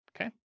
Okay